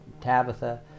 Tabitha